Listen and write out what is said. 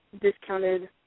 discounted